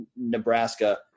Nebraska